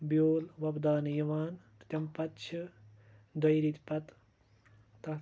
بیٚول وۄبداونہٕ یِوان تہٕ تمہِ پَتہٕ چھِ دۄیہِ ریٚتۍ پَتہٕ تَتھ